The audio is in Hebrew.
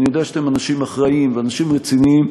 אני יודע שאתם אנשים אחראיים ואנשים רציניים: